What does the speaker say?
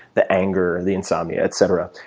the anger, the insomnia, etcetera.